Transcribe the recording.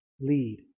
lead